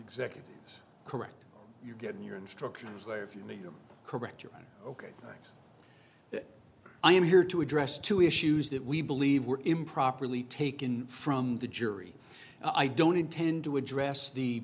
executives correct you're getting your instructions where if you know you're correct your honor ok i am here to address two issues that we believe were improperly taken from the jury i don't intend to address the